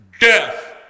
Death